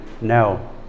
No